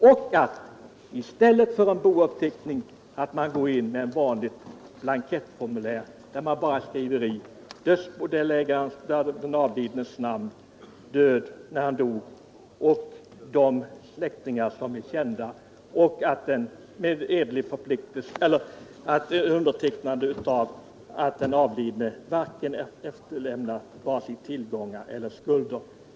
I stället för att göra en bouppteckning skall man kunna ha ett vanligt formulär, en blankett, där man bara skriver den avlidnes namn, när han dog och namnet på de släktingar som är kända samt intygar att den avlidne inte efterlämnar vare sig tillgångar eller skulder.